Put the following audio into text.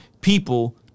people